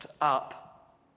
up